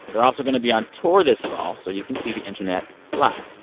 they're also going to be on tour this fall, so you can see the internet live.